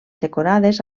decorades